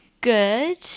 Good